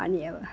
अनि अब